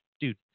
dude